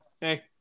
hey